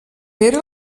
pere